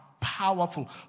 powerful